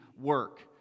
work